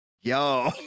Yo